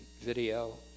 video